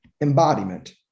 embodiment